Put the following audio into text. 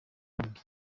burundu